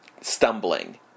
stumbling